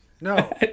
No